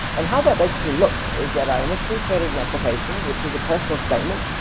and how that basically looked is that i initially created an application, which was a personal statement,